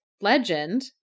legend